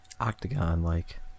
octagon-like